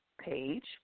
page